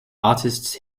artists